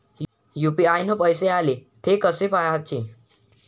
UPI न पैसे आले, थे कसे पाहाचे?